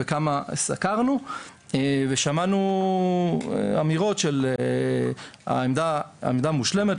כמה סקרנו ושמענו אמרות של העמדה מושלמת,